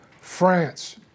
France